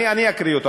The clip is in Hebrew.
אני אקריא אותו,